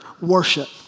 worship